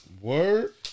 word